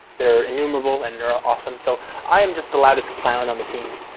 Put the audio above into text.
they're enumerable and they're ah awesome. so i am just the loudest clown on the team.